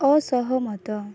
ଅସହମତ